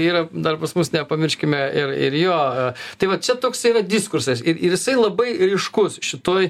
yra dar pas mus nepamirškime ir ir jo tai va čia toks yra diskursas ir jisai labai ryškus šitoj